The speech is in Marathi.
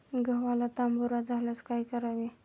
गव्हाला तांबेरा झाल्यास काय करावे?